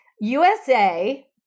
USA